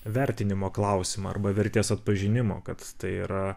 vertinimo klausimą arba vertės atpažinimo kad tai yra